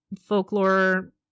folklore